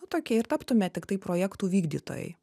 tokie ir taptume tiktai projektų vykdytojai